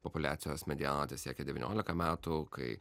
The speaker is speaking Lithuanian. populiacijos mediana tesiekia devyniolika metų kai